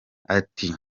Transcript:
ati